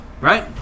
right